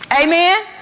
Amen